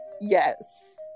Yes